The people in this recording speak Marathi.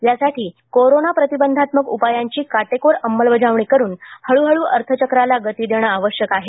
त्यासाठी कोरोना प्रतिबंधात्मक उपायांची काटेकोर अंमलबजावणी करून हळूहळू अर्थचक्राला गती देणे आवश्यक आहे